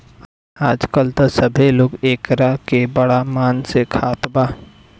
आजकल त सभे लोग एकरा के बड़ा मन से खात बा